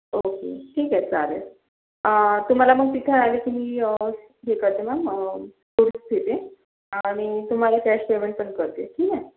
okay ठीक आहे चालेल तुम्हाला मग तिथे आले की मी हे करते मॅम फ्रुट्स घेते आणि तुम्हाला कॅश पेमेंट पण करते ठीक आहे